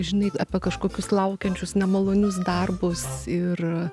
žinai apie kažkokius laukiančius nemalonius darbus ir